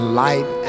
light